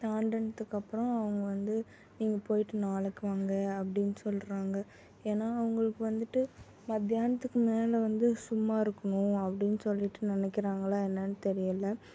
தாண்டினதுக்கப்பறம் அவங்க வந்து நீங்கள் போய்ட்டு நாளைக்கி வாங்க அப்படின்னு சொல்கிறாங்க ஏன்னா அவங்களுக்கு வந்துட்டு மதியானத்துக்கு மேலே வந்து சும்மா இருக்கணும் அப்படின்னு சொல்லிட்டு நெனைக்கிறாங்களா என்னன்னு தெரியலை